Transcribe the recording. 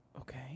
Okay